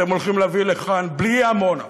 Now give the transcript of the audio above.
שאתם הולכים להביא לכאן, בלי עמונה,